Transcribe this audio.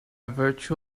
virtue